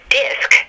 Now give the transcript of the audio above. disc